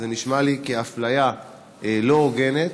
זו נשמעת לי אפליה לא הוגנת